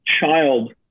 child